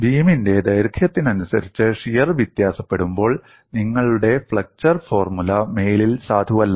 ബീമിന്റെ ദൈർഘ്യത്തിനനുസരിച്ച് ഷിയർ വ്യത്യാസപ്പെടുമ്പോൾ നിങ്ങളുടെ ഫ്ലെക്ചർ ഫോർമുല മേലിൽ സാധുവല്ല